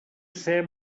ser